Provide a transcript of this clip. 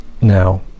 now